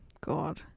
God